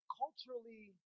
culturally